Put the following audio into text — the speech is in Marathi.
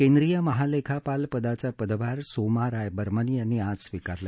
केंद्रीय महालेखापाल पदाचा पदभार सोमा राय बर्मन यांनी आज स्वीकारला